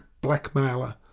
blackmailer